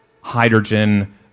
Hydrogen